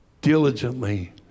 Diligently